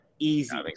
easy